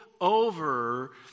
over